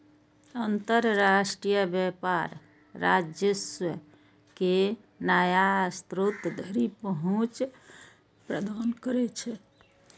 अंतरराष्ट्रीय व्यापार राजस्व के नया स्रोत धरि पहुंच प्रदान करै छै